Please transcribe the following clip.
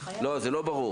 זה ברור.